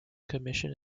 commission